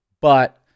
But-